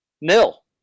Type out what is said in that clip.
Nil